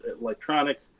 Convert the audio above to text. electronic